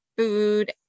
food